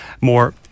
more